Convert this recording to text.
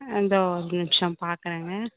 இந்தோ ஒரு நிமிஷம் பார்க்கறங்க